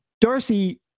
Darcy